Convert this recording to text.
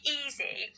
easy